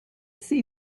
see